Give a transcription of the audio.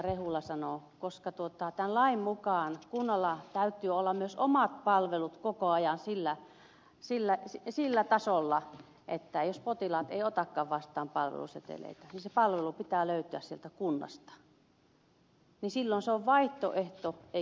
rehula sanoi koska tämän lain mukaan kunnalla täytyy olla myös omat palvelut koko ajan sillä tasolla että jos potilaat eivät otakaan vastaan palveluseteleitä niin sen palvelun pitää löytyä sieltä kunnasta ja silloin se on vaihtoehto eikä täydentävä